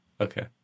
Okay